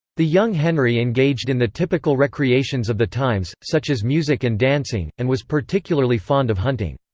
the young henry engaged in the typical recreations of the times, such as music and dancing, and was particularly fond of hunting.